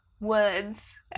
words